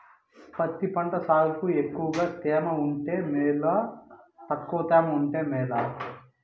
పత్తి పంట సాగుకు ఎక్కువగా తేమ ఉంటే మేలా తక్కువ తేమ ఉంటే మేలా?